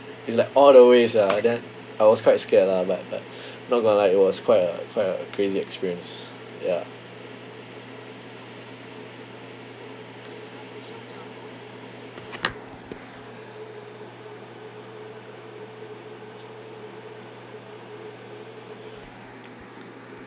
is like all the way sia then I was quite scared lah but but not going to lie it was quite a quite a crazy experience ya